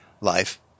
life